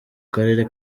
karere